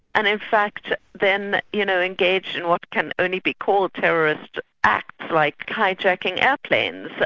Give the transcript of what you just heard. and in fact then you know engaged in what can only be called terrorist acts, like hijacking airplanes. but